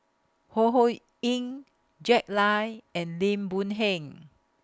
Ho Ho Ying Jack Lai and Lim Boon Heng